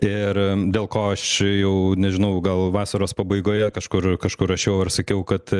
ir dėl ko aš jau nežinau gal vasaros pabaigoje kažkur kažkur rašiau ar sakiau kad